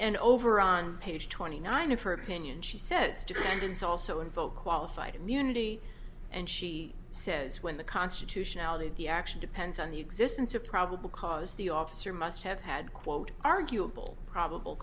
and over on page twenty nine of her opinion she says defendants also invoke qualified immunity and she says when the constitutionality of the action depends on the existence of probable cause the officer must have had quote arguable probable